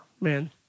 Man